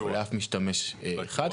לאף משתמש אחד,